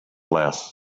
less